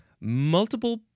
multiple